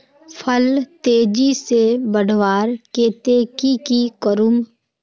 फल तेजी से बढ़वार केते की की करूम?